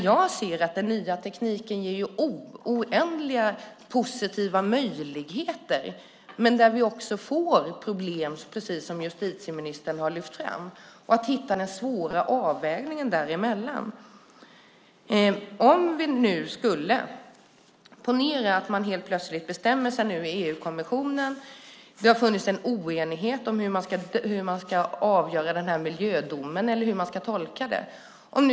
Jag ser att den nya tekniken ger oändliga positiva möjligheter. Men vi får också problem, precis som justitieministern har lyft fram. Det gäller att hitta en avvägning. Det har ju funnits en oenighet om hur man ska avgöra eller tolka miljödomen. Ponera att man plötsligt i EU-kommissionen bestämmer sig.